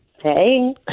Hey